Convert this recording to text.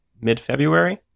mid-february